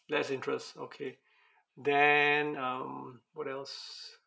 less interest okay then um what else